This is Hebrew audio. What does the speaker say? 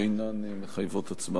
שאינן מחייבות הצבעה.